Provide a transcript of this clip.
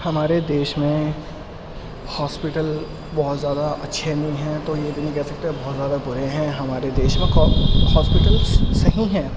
ہمارے دیش میں ہاسپٹل بہت زیادہ اچھے نہیں ہیں تو یہ بھی نہیں کہہ سکتے بہت زیادہ برے ہیں ہمارے دیش میں ہاسپٹلس صحیح ہیں